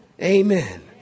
Amen